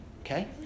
Okay